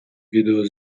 відео